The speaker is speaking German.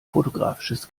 fotografisches